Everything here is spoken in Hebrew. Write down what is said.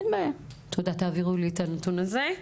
תודה תעבירי לי את הנתון הזה.